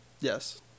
Yes